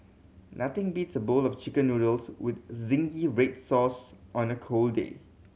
nothing beats a bowl of Chicken Noodles with zingy red sauce on a cold day